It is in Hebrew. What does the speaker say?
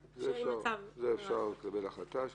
אפשר לקבל החלטה.